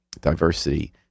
diversity